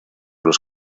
los